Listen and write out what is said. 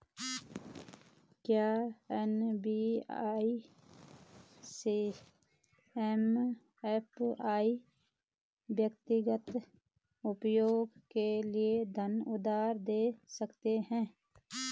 क्या NBFC MFI व्यक्तिगत उपयोग के लिए धन उधार दें सकते हैं?